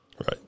Right